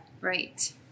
Right